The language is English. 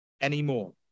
anymore